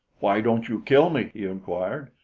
why don't you kill me? he inquired.